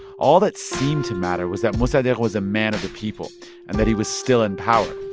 all that seemed to matter was that mossadegh was a man of the people and that he was still in power.